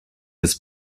his